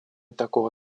такого